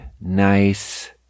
nice